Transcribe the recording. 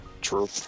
True